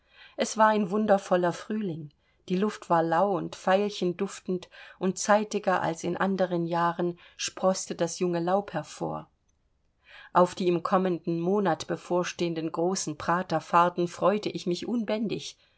es war ein wundervoller frühling die luft war lau und veilchenduftend und zeitiger als in anderen jahren sproßte das junge laub hervor auf die im kommenden monat bevorstehenden großen praterfahrten freute ich mich unbändig